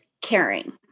caring